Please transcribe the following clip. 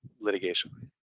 litigation